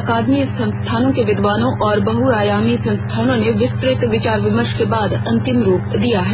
अकादमिक संस्थानों के विद्वानों और बहुआयामी संस्थानों से विस्तृत विचार विमर्श के बाद अंतिम रूप दिया गया है